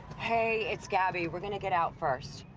hey, it's gabi. we're gonna get out first.